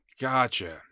Gotcha